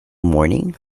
morning